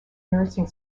nursing